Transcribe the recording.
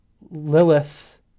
Lilith